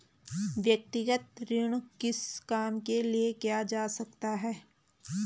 व्यक्तिगत ऋण किस काम के लिए किया जा सकता है?